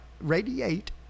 radiate